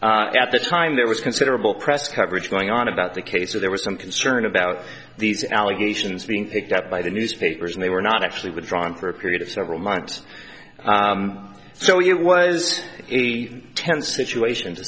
withdrawn at the time there was considerable press coverage going on about the case so there was some concern about these allegations being picked up by the newspapers and they were not actually withdrawn for a period of several months so it was a tense situation to